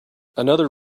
another